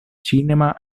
cinema